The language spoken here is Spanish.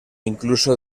incluso